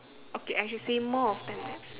okay I should say more of ten laps